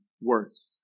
worse